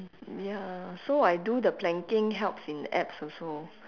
ya so I do the planking helps in abs also